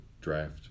draft